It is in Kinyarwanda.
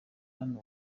hano